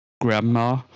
grandma